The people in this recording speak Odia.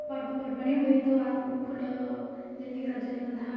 ପର୍ବପର୍ବାଣି ହୁଏ ତ ଆଉ ଫୁଲ ଯେମିତି କି ରଜନୀଗନ୍ଧା ଆଉ